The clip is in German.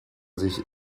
sich